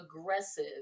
aggressive